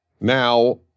Now